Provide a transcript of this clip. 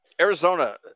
Arizona